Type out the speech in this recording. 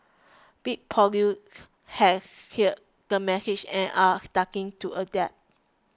big polluters has heard the message and are starting to adapt